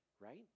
right